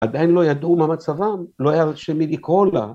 עדיין לא ידעו מה מצבם, לא היה על שם מי לקרוא לה